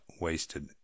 wasted